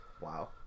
Wow